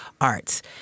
arts